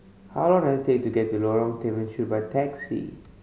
how long does it take to get to Lorong Temechut by taxi